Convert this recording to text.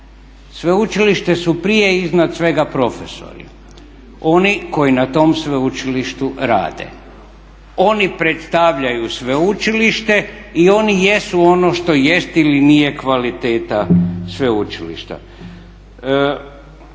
sveučilište su prije i iznad svega profesori, oni koji na tom sveučilištu rade. Oni predstavljaju sveučilište i oni jesu ono što jest ili nije kvaliteta sveučilišta.